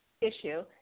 issue